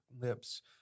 lips